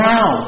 Now